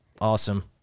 Awesome